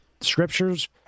scriptures